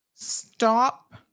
Stop